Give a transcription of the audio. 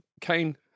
Kane